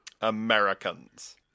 Americans